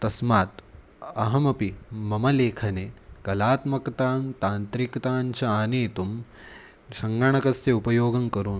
तस्मात् अहमपि मम लेखने कलात्मकतां तान्त्रिकतां च आनेतुं सङ्गणकस्य उपयोगं करोमि